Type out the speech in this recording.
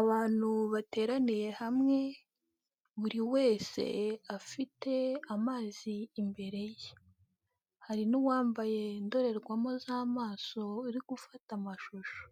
Abantu bateraniye hamwe, buri wese afite amazi imbere ye, hari n'uwambaye indorerwamo z'amaso uri gufata amashusho,